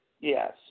Yes